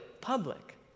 public